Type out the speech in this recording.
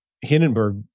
Hindenburg